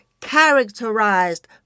characterized